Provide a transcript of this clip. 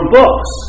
books